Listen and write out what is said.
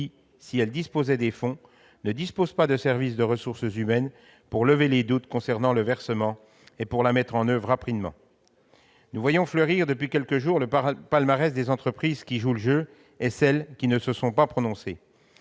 où elles disposent des fonds nécessaires, ne peuvent s'appuyer sur un service des ressources humaines pour lever les doutes concernant son versement et pour la mettre en oeuvre rapidement. Nous voyons fleurir depuis quelques jours un palmarès des entreprises qui jouent le jeu et de celles qui ne se sont pas prononcées.